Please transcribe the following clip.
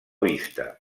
vista